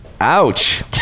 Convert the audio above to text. Ouch